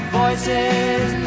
voices